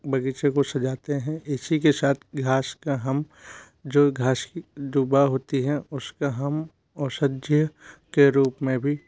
बगीचे को सजाते हैं इसी के साथ घास का हम जो घास की दुब होती है उसका हम औषधि के रूप में भी